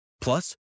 Plus